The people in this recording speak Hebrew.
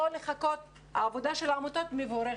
העבודה של העמותות מבורכת,